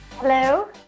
Hello